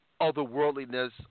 otherworldliness